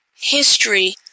history